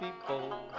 people